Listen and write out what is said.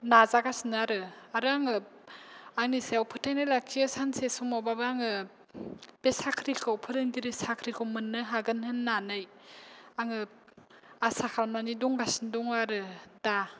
नाजागासिनो आरो आङो आंनि सायाव फोथायनाय लाखियो सानसे समावब्लाबो आङो बे साख्रिखौ फोरोंगिरि साख्रिखौ मोननो हागोन होननानै आङो आसाखालामनानै दंगासिनो आरो दा